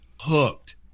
hooked